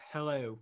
Hello